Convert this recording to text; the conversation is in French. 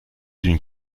d’une